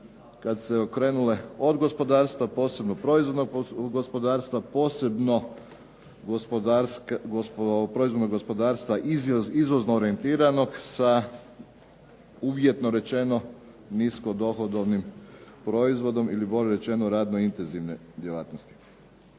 su se okrenule od gospodarstva posebno proizvodnog gospodarstva, posebno proizvodnog gospodarstva izvozno orijentiranog sa uvjetno rečeno nisko dohodovnim proizvodom ili bolje rečeno radno intenzivne djelatnosti.